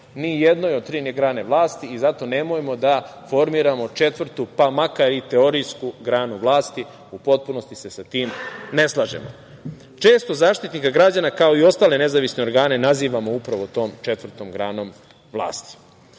ni jednoj od tri grane vlasti, zato nemojmo da formiramo četvrtu, pa makar i teorijsku, granu vlasti. U potpunosti se sa tim ne slažemo. Često Zaštitnika građana, kao i ostale nezavisne organe, nazivamo upravo tom četvrtom granom